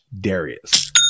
Darius